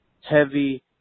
heavy